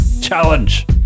challenge